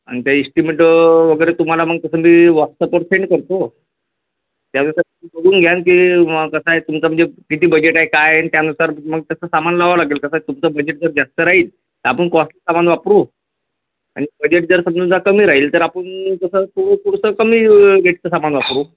आणि त्या इस्टिमेट वगैरे तुम्हाला मग तसं मी व्हॉट्सअपवर सेंड करतो त्यानुसार बघून घ्याल की म कसं आहे तुमचं म्हणजे किती बजेट आहे काय आणि त्यानुसार मग तसं सामान लावा लागेल कसं आहे तुमचं बजेट जर जास्त राहील तर आपण कॉस्टली सामान वापरू आणि बजेट जर समजून जा कमी राहील तर आपण कसं थोडंसं कमी रेटचं सामान वापरू